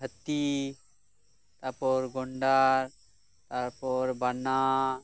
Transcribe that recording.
ᱦᱟᱛᱤ ᱛᱟᱯᱚᱨ ᱜᱚᱱᱰᱟᱨ ᱛᱟᱨᱯᱚᱨ ᱵᱟᱱᱟ